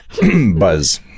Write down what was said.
Buzz